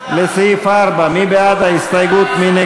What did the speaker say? לסעיף 4, מי בעד ההסתייגות?